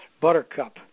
Buttercup